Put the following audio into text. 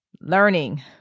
learning